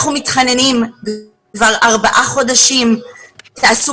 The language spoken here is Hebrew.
אנחנו מתחננים כבר ארבעה חודשים שתעשו